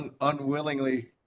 unwillingly